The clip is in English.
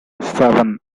seven